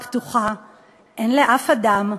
אין לאף אדם,